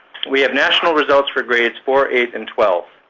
we have national results for grades four, eight, and twelve.